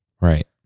Right